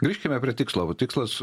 grįžkime prie tikslo tikslas